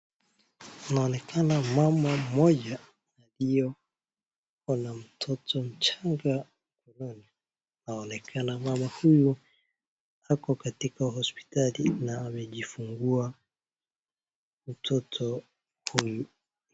Inaonekana mama mmoja ndio akona mtoto mchanga. Inaonekana mama huyu ako katika hosipitali na amejifungua mtoto huyu.